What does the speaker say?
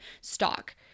stock